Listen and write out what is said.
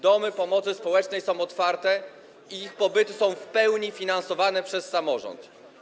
domy pomocy społecznej są otwarte i ich pobyty są w pełni finansowane przez samorząd.